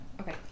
Okay